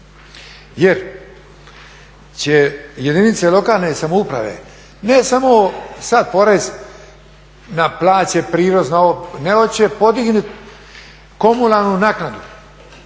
jer će jedinice lokalne samouprave ne samo sav porez na plaće, prirez nego će podignuti komunalnu naknadu.